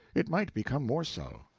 it might become more so.